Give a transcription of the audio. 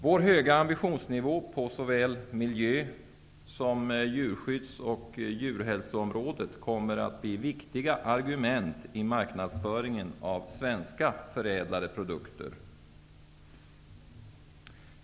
Vår höga ambitionsnivå på såväl miljö som djurskydds och djurhälsoområdet kommer att bli viktiga argument i marknadsföringen av svenska förädlade produkter.